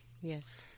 yes